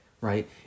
right